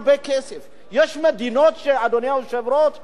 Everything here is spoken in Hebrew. יש מדינות, אדוני היושב-ראש, שעושות את זה.